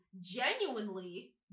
genuinely